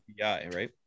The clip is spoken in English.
right